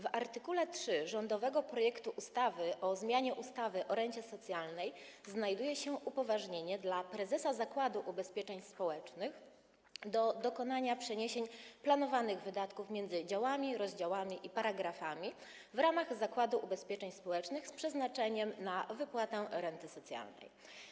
W art. 3 rządowego projektu ustawy o zmianie ustawy o rencie socjalnej znajduje się upoważnienie dla prezesa Zakładu Ubezpieczeń Społecznych do dokonania przeniesień planowanych wydatków między działami, rozdziałami i paragrafami w ramach Zakładu Ubezpieczeń Społecznych z przeznaczeniem na wypłatę renty socjalnej.